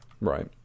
Right